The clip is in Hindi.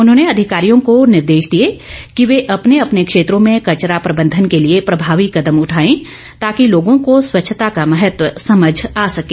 उन्होंने अधिकारियों को निर्देश दिए की वे अपने अपने क्षेत्रों में कचरा प्रबंधन के लिए प्रभावी कदम उठाएं ताकि लोगों को स्वच्छता का महत्व समझ आ सके